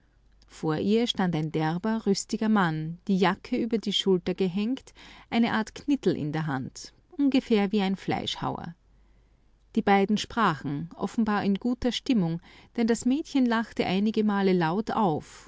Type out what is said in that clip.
vor ihr stand ein derber rüstiger mann die jacke über die schulter gehängt eine art knittel in der hand ungefähr wie ein fleischhauer die beiden sprachen offenbar in guter stimmung denn das mädchen lachte einigemale laut auf